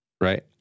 Right